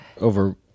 over